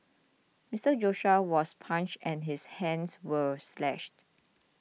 Mister Joshua was punched and his hands were slashed